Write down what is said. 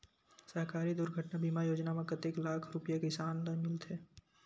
सहकारी दुर्घटना बीमा योजना म कतेक लाख रुपिया किसान ल मिलथे?